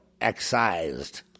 excised